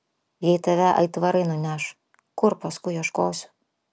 jei tave aitvarai nuneš kur paskui ieškosiu